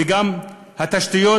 וגם על התשתיות,